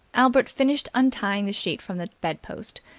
albert finished untying the sheet from the bedpost,